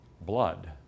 blood